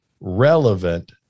relevant